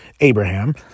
Abraham